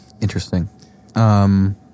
Interesting